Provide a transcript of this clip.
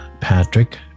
Patrick